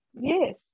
Yes